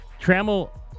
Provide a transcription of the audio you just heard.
Trammell